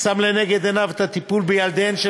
שם לנגד עיניו את הטיפול בילדיהן של